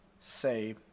say